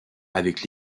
avec